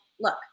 look